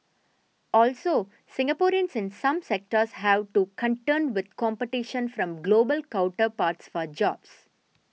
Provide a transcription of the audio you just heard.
also Singaporeans in some sectors have to contend with competition from global counterparts for jobs